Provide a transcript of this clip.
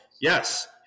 yes